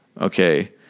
Okay